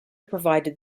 provided